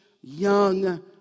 young